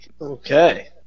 Okay